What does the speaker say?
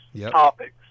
topics